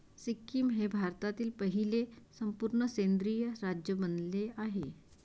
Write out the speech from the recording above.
सिक्कीम हे भारतातील पहिले संपूर्ण सेंद्रिय राज्य बनले आहे